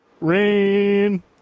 rain